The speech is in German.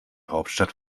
hauptstadt